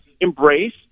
embrace